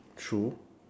true